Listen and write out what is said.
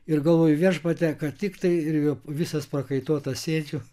ir galvoju viešpatie kad tiktai ir jau visas prakaituotas sėdžiu